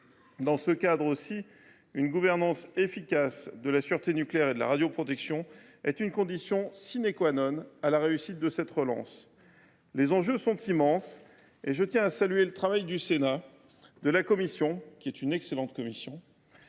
Dans ce cadre aussi, une gouvernance efficace de la sûreté nucléaire et de la radioprotection est une condition de la réussite de cette relance. Les enjeux sont immenses et je tiens à saluer le travail du Sénat, en particulier de notre excellente commission